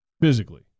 physically